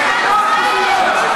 אופוזיציה,